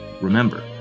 Remember